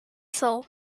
soul